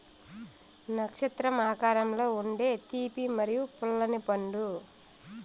నక్షత్రం ఆకారంలో ఉండే తీపి మరియు పుల్లని పండు